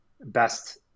best